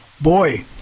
Boy